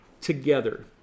together